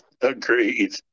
agreed